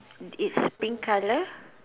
it's pink color